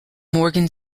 morgan